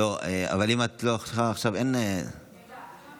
אבל אם לא עכשיו, את לא יכולה.